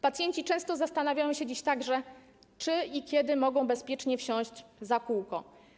Pacjenci często zastanawiają się dziś także, czy i kiedy mogą bezpiecznie wsiąść za kółko.